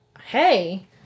Hey